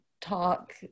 talk